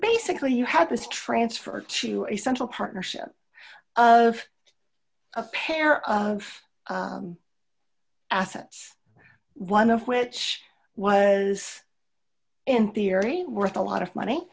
basically you have this transfer to a central partnership a pair of assets one of which is in theory worth a lot of money